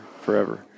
forever